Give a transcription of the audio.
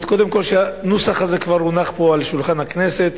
קודם כול שהנוסח הזה כבר הונח פה על שולחן הכנסת.